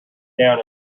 down